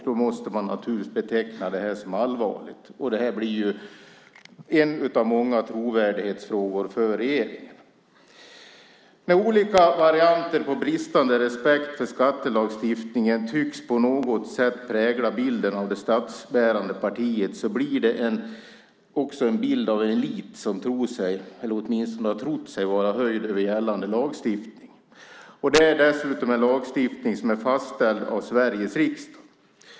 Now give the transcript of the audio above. Då måste man naturligtvis beteckna det här som allvarligt. Det blir en av många trovärdighetsfrågor för regeringen. När olika varianter på bristande respekt för skattelagstiftningen tycks prägla bilden av det statsbärande partiet blir det också en bild av en elit som tror sig eller åtminstone har trott sig vara höjd över gällande lagstiftning. Det är dessutom en lagstiftning som är fastställd av Sveriges riksdag.